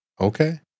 Okay